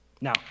Now